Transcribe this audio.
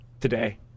today